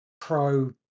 Pro